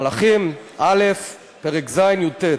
מלכים א', פרק ז', י"ט.